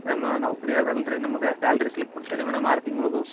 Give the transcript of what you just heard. ma'am ನೌಕರಿ ಅದಲ್ಲ ರೀ ನಮ್ಗೆ ಸ್ಯಾಲ್ರಿ ಸ್ಲಿಪ್ ಕೊಡ್ತೀವಿ ರೀ ಮೇಡಮ್ ಆರು ತಿಂಗಳದು